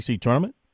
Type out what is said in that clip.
tournament